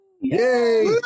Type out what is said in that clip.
yay